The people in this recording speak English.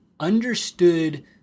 understood